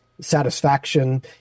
satisfaction